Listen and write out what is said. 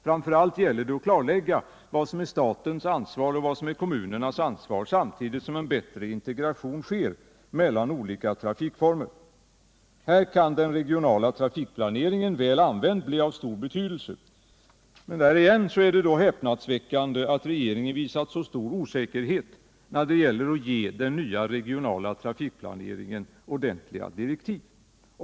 Framför allt gäller det att klarlägga vad som är statens ansvar och vad som är kommunernas ansvar, samtidigt som en bättre integration sker mellan olika trafikformer. Här kan den regionala trafikplaneringen, väl använd, bli av stor betydelse. Det är bara häpnadsväckande att regeringen visat så stor osäkerhet när det gäller att ge den nya regionala trafikplaneringen ordentliga direktiv.